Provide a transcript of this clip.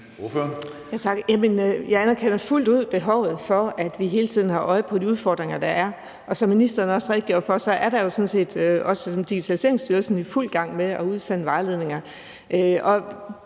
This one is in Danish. Jeg anerkender fuldt ud behovet for, at vi hele tiden har øje på de udfordringer, der er, og som ministeren også redegjorde for, er Digitaliseringsstyrelsen jo sådan set i fuld gang med at udsende vejledninger.